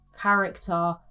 character